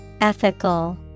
Ethical